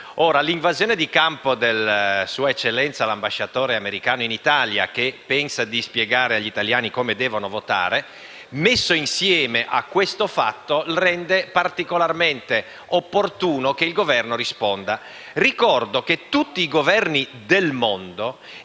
Ora, l'invasione di campo di sua eccellenza l'ambasciatore americano in Italia, che pensa di spiegare agli italiani come devono votare, unita a questo fatto, rende particolarmente opportuno che il Governo risponda. Ricordo che tutti i governi del mondo